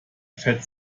fett